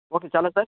okay చాలా sir